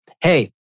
hey